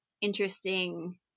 interesting